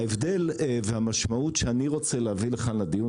ההבדל והמשמעות שאני רוצה להביא לכאן לדיון,